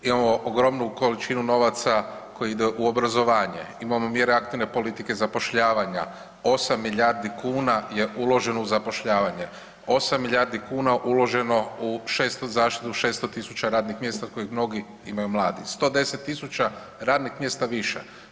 Imamo ogromnu količinu novaca koji ide u obrazovanje, imamo mjere aktivne politike zapošljavanja 8 milijardi kuna je uloženo u zapošljavanje, 8 milijarda kuna uloženo u zaštitu 600.000 radnih mjesta od kojih mnogi imaju mladi 110.000 radnih mjesta više.